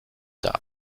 tard